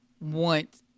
want